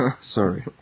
Sorry